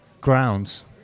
grounds